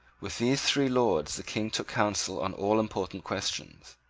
with these three lords the king took counsel on all important questions.